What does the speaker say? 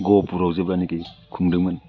गहपुराव जेब्लानोखि खुंदोंमोन